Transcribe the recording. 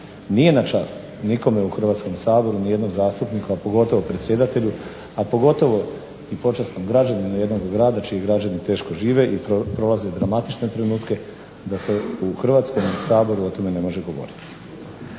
Nije na čast nikome u Hrvatskom saboru, ni jednog zastupnika, pogotovo predsjedatelju, pogotovo počasnom građaninu jednog grada čiji građani teško žive i prolaze dramatične trenutke da se u Hrvatskom saboru o tome ne može govoriti.